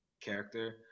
character